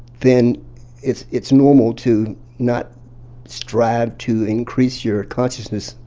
then it's it's normal to not strive to increase your consciousness,